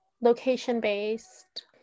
location-based